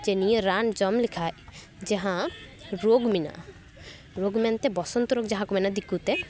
ᱡᱮ ᱱᱤᱭᱟᱹ ᱨᱟᱱ ᱡᱚᱢ ᱞᱮᱠᱷᱟᱡ ᱡᱟᱦᱟᱸ ᱨᱳᱜᱽ ᱢᱮᱱᱟᱜᱼᱟ ᱨᱳᱜᱽ ᱢᱮᱱᱛᱮ ᱵᱚᱥᱚᱱᱛᱚ ᱨᱳᱜᱽ ᱡᱟᱦᱟᱸ ᱠᱚ ᱢᱮᱱᱟ ᱫᱤᱠᱩᱛᱮ